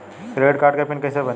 Credit card के PIN कैसे बनी?